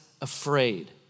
afraid